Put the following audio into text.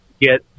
get